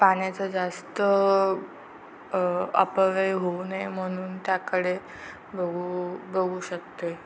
पाण्याचं जास्त अपव्यय होऊ नये म्हणून त्याकडे बघू बघू शकते